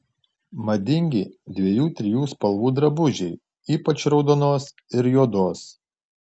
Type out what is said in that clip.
madingi dviejų trijų spalvų drabužiai ypač raudonos ir juodos